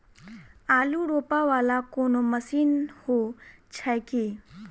आलु रोपा वला कोनो मशीन हो छैय की?